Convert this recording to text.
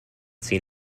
seen